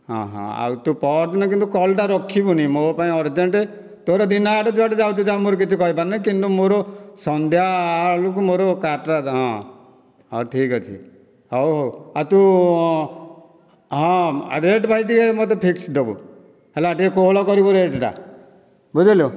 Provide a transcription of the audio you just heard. ହଁ ହଁ ଆଉ ତୁ ପରଦିନ କିନ୍ତୁ କଲ୍ଟା ରଖିବୁନି ମୋ ପାଇଁ ଅର୍ଜେଣ୍ଟ ତୋର ଦିନଯାକ ଯୁଆଡ଼େ ଯାଉଛୁ ଯା ମୋର କିଛି କହିବାର ନାହିଁ କିନ୍ତୁ ମୋର ସନ୍ଧ୍ୟା ବେଳକୁ ମୋର କାର୍ ଟା ହଁ ହଁ ଠିକ ଅଛି ହେଉ ହେଉ ଆଉ ତୁ ହଁ ରେଟ୍ ଭାଇ ଟିକିଏ ମୋର ଫିକ୍ସ ଦେବୁ ହେଲା ଟିକିଏ କୋହଳ କରିବୁ ରେଟ୍ଟା ବୁଝିଲୁ